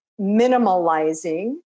minimalizing